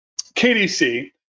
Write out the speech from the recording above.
KDC